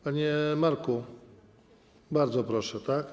Panie Marku, bardzo proszę, tak?